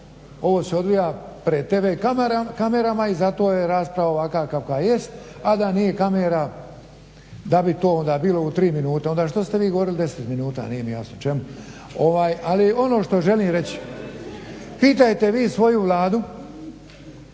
ovo se odvija pred tv kamerama i zato je rasprava ovakva kakva jest, a da nije kamera da bi to onda bilo u tri minute. Onda što ste vi govorili deset minuta nije mi jasno, čemu? Ali ono što želim reći pitajte vi svoju Vladu